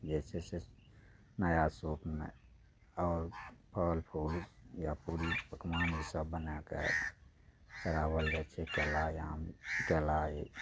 जे छै से नया सूपमे आओर फल फूल या पूड़ी पकवान ईसब बनाय कऽ चढ़ाओल जाइ छै केला आम केला ई